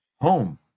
home